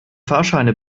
fahrscheine